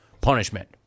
punishment